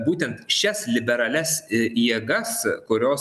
būtent šias liberalias jėgas kurios